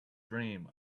dream